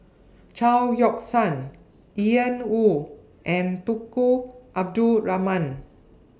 Chao Yoke San Ian Woo and Tunku Abdul Rahman